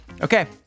Okay